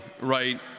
right